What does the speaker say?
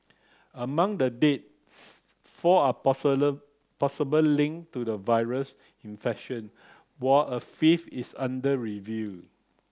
among the deaths four are possible linked to the virus infection while a fifth is under review